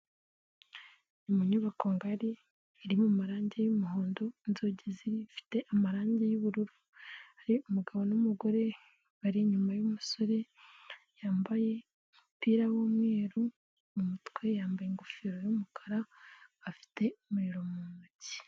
Ni mu nyubako ngari iri mu marangi y'umuhondo, inzugi zifite amarangi y'ubururu, hari umugabo n'umugore bari inyuma y'umusore, yambaye umupira w'umweru, mu mutwe yambaye ingofero y'umukara afite umuriro mu ntoki.